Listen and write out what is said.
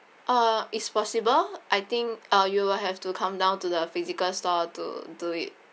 uh it's possible I think uh you will have to come down to the physical store to do it